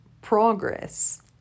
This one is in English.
progress